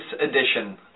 edition